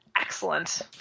excellent